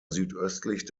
südöstlich